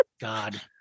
God